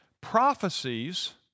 prophecies